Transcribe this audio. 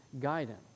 guidance